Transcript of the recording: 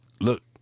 Look